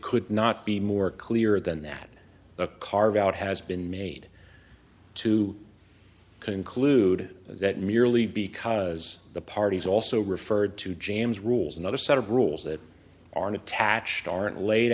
could not be more clear than that a carve out has been made to conclude that merely because the parties also referred to james rules another set of rules that aren't attached aren't laid